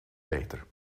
peter